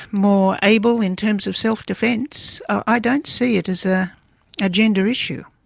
more able in terms of self-defence. i don't see it as a ah gender issue.